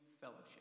fellowship